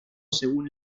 según